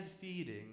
feeding